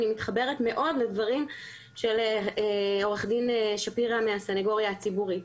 אני מתחברת מאוד לדברים של עו"ד שפירא מהסניגוריה הציבורית.